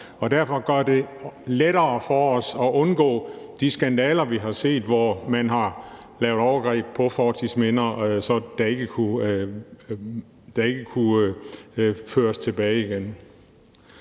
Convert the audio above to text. derfor lettere for os at undgå de skandaler, vi har set, hvor man har lavet overgreb på fortidsminder, som man ikke kunne føre tilbage igen.